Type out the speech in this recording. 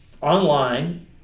online